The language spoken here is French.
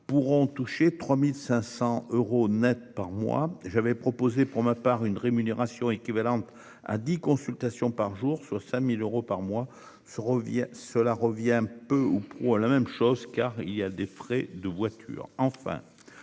pourront toucher 3500 euros nets par mois, j'avais proposé pour ma part une rémunération équivalente à 10 consultations par jour, soit 5000 euros par mois ce revient cela revient peu ou prou la même chose car il y a des frais de voiture